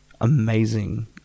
Amazing